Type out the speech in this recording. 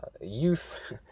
youth